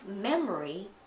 memory